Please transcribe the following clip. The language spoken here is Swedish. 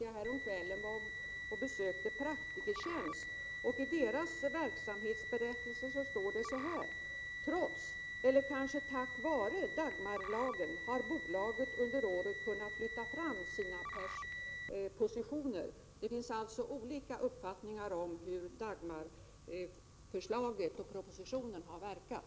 I dess verksamhetsberättelse stod det: Trots eller kanske tack vare Dagmarlagen har bolaget under året kunnat flytta fram sina positioner. Det finns alltså olika uppfattningar om hur Dagmaruppgörelsen har verkat.